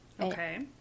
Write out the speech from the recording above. okay